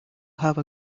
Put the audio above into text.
have